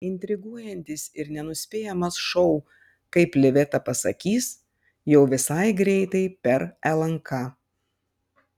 intriguojantis ir nenuspėjamas šou kaip liveta pasakys jau visai greitai per lnk